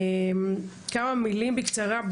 כמה מילים בקצרה.